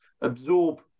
absorb